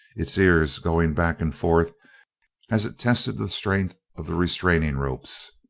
its ears going back and forth as it tested the strength of the restraining ropes.